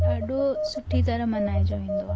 ॾाढो सुठी तरह मल्हायो वेंदो आहे